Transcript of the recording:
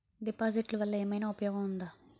డిపాజిట్లు వల్ల ఏమైనా ఉపయోగం ఉందా?